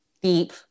Deep